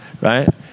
right